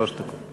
שלוש דקות.